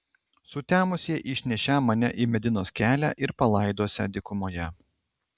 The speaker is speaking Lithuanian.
sutemus jie išnešią mane į medinos kelią ir palaidosią dykumoje